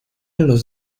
los